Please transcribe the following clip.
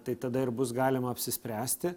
tai tada ir bus galima apsispręsti